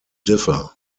differ